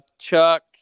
Chuck